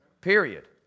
Period